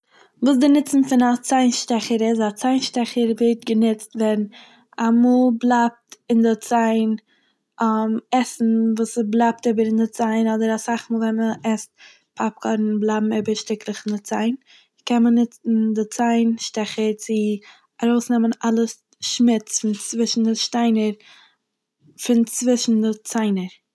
וואס די נוצן פון א ציין שטעכער איז. א ציין שטעכער ווערט גענוצט ווען אמאל בלייבט אין די ציין עסן וואס ס'בלייבט איבער אין די ציין, אדער אסאך מאל ווען מ'עסט פאפקארן בלייבן איבער שטיקלעך אין די ציין קען מען נוצן די ציין שטעכער צו ארויסנעמען אלע שמוץ פון צווישן די שטיינער- פון צווישן די ציינער.